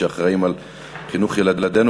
שאחראים לחינוך ילדינו,